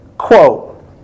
Quote